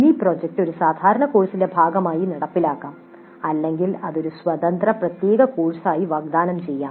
mini project ഒരു സാധാരണ കോഴ്സിന്റെ ഭാഗമായി നടപ്പിലാക്കാം അല്ലെങ്കിൽ അത് ഒരു സ്വതന്ത്ര പ്രത്യേക കോഴ്സായി വാഗ്ദാനം ചെയ്യാം